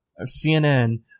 CNN